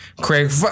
Craig